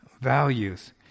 values